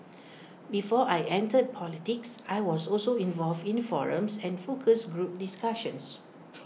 before I entered politics I was also involved in the forums and focus group discussions